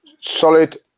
Solid